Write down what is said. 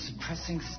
suppressing